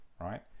right